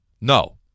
no